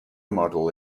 model